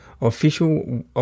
official